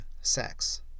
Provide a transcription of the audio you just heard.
sex